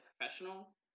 professional